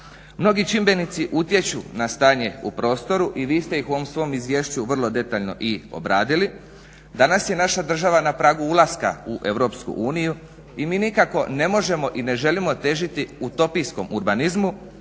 Mnogi čimbenici utječu na stanje u prostoru i vi ste ih u ovom svom izvješću vrlo detaljno i obradili. Danas je naša država na pragu ulaska u EU i mi nikako ne možemo i ne želimo težiti utopijskom urbanizmu,